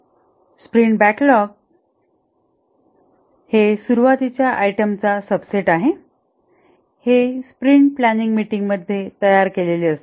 sprint backlog हे सुरवातीच्या item चा सब सेट आहे हे स्प्रिंट प्लांनिंग मीटिंग मध्ये तयार केलेले असते